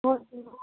okay ma'am